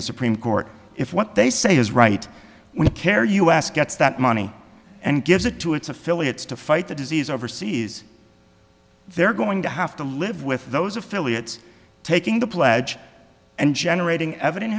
the supreme court if what they say is right we care u s gets that money and gives it to its affiliates to fight the disease overseas they're going to have to live with those affiliates taking the pledge and generating evident